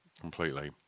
completely